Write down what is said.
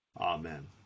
amen